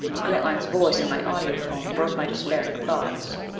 grantline's voice in my audiphone broke my despairing thoughts.